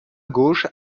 gauche